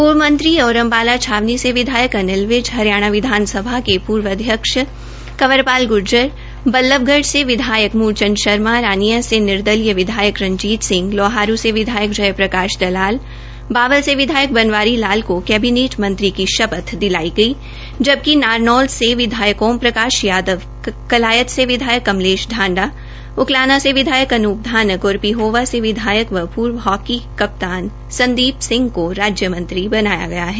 पूर्व मंत्री और अम्बाला छावनी से विधायक अनिल विज हरियाणा विधानसभा के पूर्व अध्यक्ष कंवरपाल ग्र्जर बल्लभगढ़ से विधायक मूलचंद शर्मा रानिया से निर्दलीय विधायक रंजीत सिंह लोहारू से विधायक जय प्रकाश दलाल बावल से विधायक बनवारी लाल को कैबिनेट मंत्री की शपथ दिलाई गई जबकि नारनौल से विधायक ओम प्रकाश यादव कलायत से विधायक कमलेश आंडा उकलाना से विधायक अनून धानक और पिहोवा व पूर्व हाकी कप्तान संदीप सिंह को राज्यमंत्री बनाया गया है